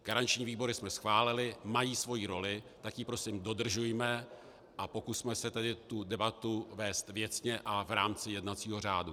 Garanční výbory jsme schválili, mají svoji roli, tak ji prosím dodržujme a pokusme se tedy debatu vést věcně a v rámci jednacího řádu.